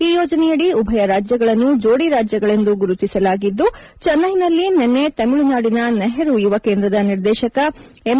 ಈ ಯೋಜನೆಯಡಿ ಉಭಯ ರಾಜ್ಯಗಳನ್ನು ಜೋಡಿ ರಾಜ್ಯಗಳೆಂದು ಗುರುತಿಸಲಾಗಿದ್ದು ಚೆನ್ನೈನಲ್ಲಿ ನಿನ್ನೆ ತಮಿಳುನಾಡಿನ ನೆಹರು ಯುವ ಕೇಂದ್ರದ ನಿರ್ದೇತಕ ಎಂ